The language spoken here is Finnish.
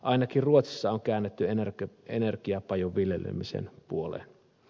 ainakin ruotsissa on käännytty energiapajun viljelemisen puoleen